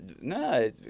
no